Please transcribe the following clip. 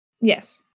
Yes